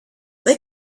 they